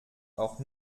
auch